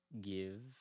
give